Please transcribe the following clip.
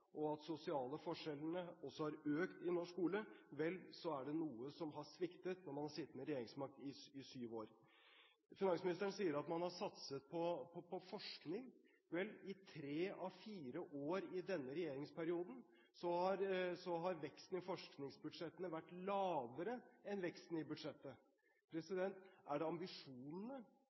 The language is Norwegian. at de sosiale forskjellene også har økt i norsk skole, er det noe som har sviktet når man har sittet med regjeringsmakt i syv år. Finansministeren sier at man har satset på forskning. Vel, i tre av fire år i denne regjeringsperioden har veksten i forskningsbudsjettene vært lavere enn veksten i budsjettet. Er det ambisjonene